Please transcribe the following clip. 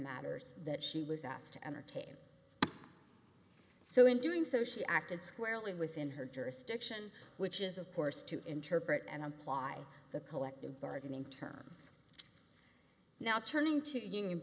matters that she was asked to entertain so in doing so she acted squarely within her jurisdiction which is of course to interpret and apply the collective bargaining terms now turning to union